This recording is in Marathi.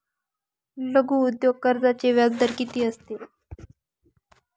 लघु उद्योग कर्जाचे व्याजदर किती असते?